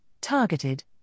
targeted